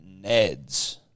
Neds